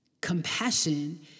compassion